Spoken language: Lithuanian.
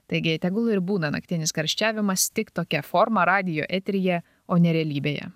taigi tegul ir būna naktinis karščiavimas tik tokia forma radijo eteryje o ne realybėje